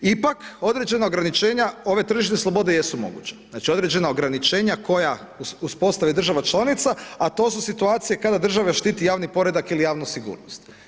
Ipak, određena ograničenja ove tržišne slobode jesu moguće, znači određena ograničenja koja uz postave država članica, a to su situacije, kada država štiti javni poredak ili javnu sigurnost.